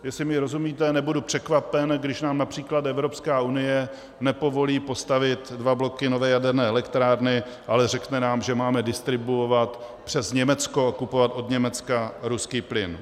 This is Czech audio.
Jestli mi rozumíte, nebudu překvapen, když nám například Evropská unie nepovolí postavit dva bloky nové jaderné elektrárny, ale řekne nám, že máme distribuovat přes Německo, kupovat od Německa ruský plyn.